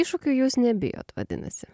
iššūkių jūs nebijot vadinasi